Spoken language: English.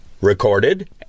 recorded